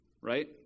right